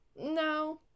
no